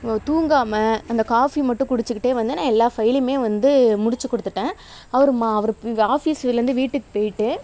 தூங்காமல் அந்த காஃபி மட்டும் குடித்துகிட்டே வந்து நான் எல்லா ஃபைலையுமே வந்து முடித்துக் கொடுத்துட்டேன் அவர் ஆஃபீஸ்லேருந்து வீட்டுக்கு போயிட்டு